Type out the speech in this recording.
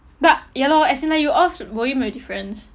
but ya lor as in like you off will it make a difference